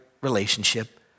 relationship